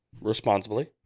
responsibly